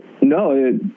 no